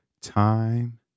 time